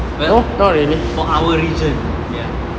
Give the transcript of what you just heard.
well for our region ya